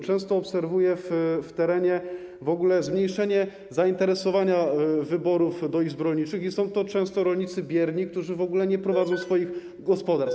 Często obserwuję w terenie w ogóle zmniejszenie zainteresowania wyborami do izb rolniczych i są to często rolnicy bierni, którzy w ogóle nie prowadzą swoich gospodarstw.